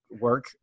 work